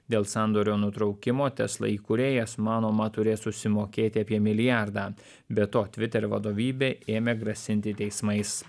dėl sandorio nutraukimo tesla įkūrėjas manoma turės susimokėti apie milijardą be to twitter vadovybė ėmė grasinti teismais